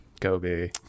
Kobe